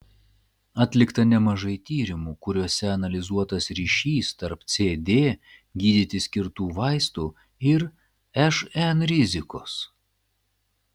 atlikta nemažai tyrimų kuriuose analizuotas ryšys tarp cd gydyti skirtų vaistų ir šn rizikos